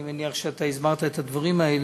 אני מניח שאתה הסברת את הדברים האלה,